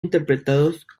interpretados